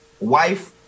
wife